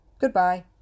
Goodbye